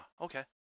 okay